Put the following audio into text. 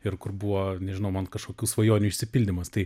ir kur buvo nežinau man kažkokių svajonių išsipildymas tai